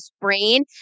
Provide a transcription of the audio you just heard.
brain